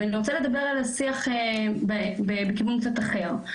ואני רוצה לדבר על השיח בכיוון קצת אחר.